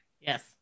Yes